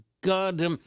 God